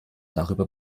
darüber